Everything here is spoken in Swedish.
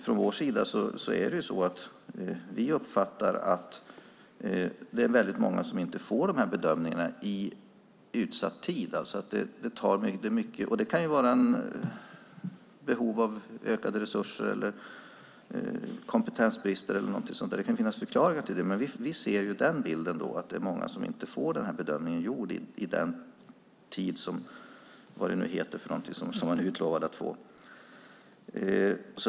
Från vår sida uppfattar vi att många inte får bedömningarna gjorda inom utsatt tid. Det kan bero på behov av ökade resurser, kompetensbrist eller något sådant. Det kan finnas förklaringar, men vi ser bilden av att många inte får bedömningen gjord inom utlovad tid.